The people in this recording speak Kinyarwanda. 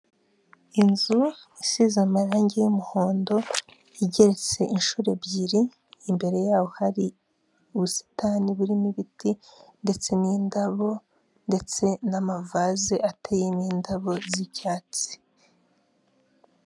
Inzu isize amarangi y'umuhondo igeretse inshuro ebyiri imbere yaho hari ubusitani burimo ibiti ndetse n'indabo ndetse n'amavaze ateye n'indabo z'icyatsi.